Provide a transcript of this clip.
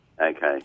Okay